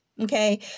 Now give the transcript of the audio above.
okay